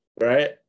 right